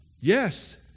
Yes